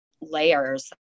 layers